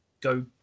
go